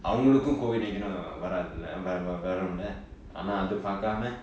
அவங்களுக்கும்:avangalukkum COVID nineteen வராது வரு~ வரும்ல ஆனா அது பாக்காம:varaathu varu~ varumla aanaa athu paakaama